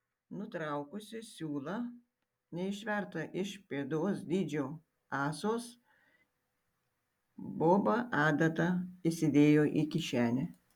nutraukusi siūlą neišvertą iš pėdos dydžio ąsos boba adatą įsidėjo į kišenę